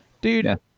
Dude